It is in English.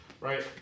right